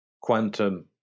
quantum